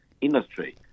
industry